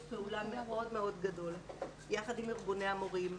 פעולה מאוד מאוד גדול יחד עם ארגוני המורים,